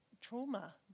trauma